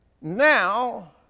Now